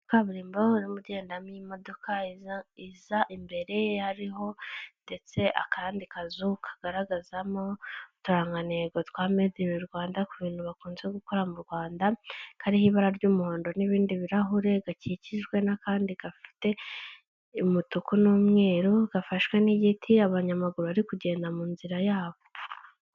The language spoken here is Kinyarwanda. Kaburimbo irimo igendamo imodoka iza imbere, hariho ndetse akandi kazu kagaragazamo uturanganego twa medi ini Rwanda ku bintu bakunze gukora mu Rwanda, kariho ibara ry'umuhondo n'ibindi birarahure, gakikijwe n'akandi gafite umutuku n'umweru gafashwe n'igiti, abanyamaguru bari kugenda mu nzira yabo.